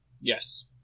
Yes